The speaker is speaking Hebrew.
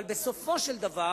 אבל בסופו של דבר